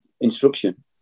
instruction